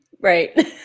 right